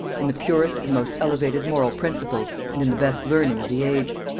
in the purest and most elevated moral principles and in the best learning of the age.